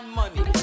money